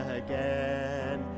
again